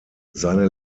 seine